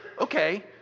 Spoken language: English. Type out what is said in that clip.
okay